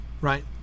right